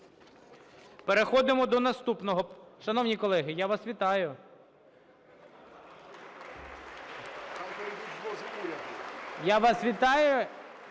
Переходимо до наступного... Шановні колеги, я вас вітаю. (Оплески) Я вас вітаю.